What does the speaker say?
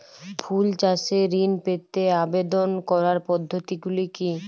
ফুল চাষে ঋণ পেতে আবেদন করার পদ্ধতিগুলি কী?